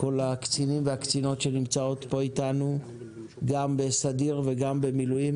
כל הקצינים והקצינים שנמצאים פה איתנו גם בסדיר וגם במילואים,